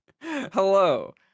Hello